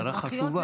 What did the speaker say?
הצהרה חשובה.